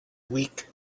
weak